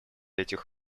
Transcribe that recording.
этих